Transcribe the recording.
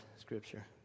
scripture